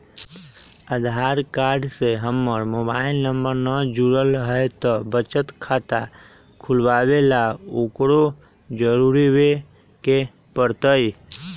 आधार card से हमर mobile number न जुरल है त बचत खाता खुलवा ला उकरो जुड़बे के पड़तई?